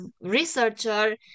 researcher